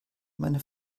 meine